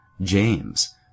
James